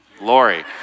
Lori